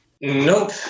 Nope